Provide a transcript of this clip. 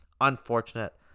Unfortunate